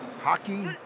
hockey